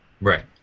Right